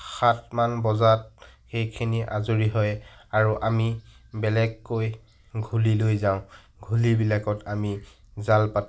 সাতমান বজাত সেইখিনি আজৰি হয় আৰু আমি বেলেগকৈ ঘুলিলৈ যাওঁ ঘুলিবিলাকত আমি জাল পাতোঁ